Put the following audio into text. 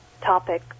topic